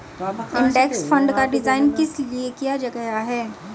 Index fund का design किस लिए किया गया है?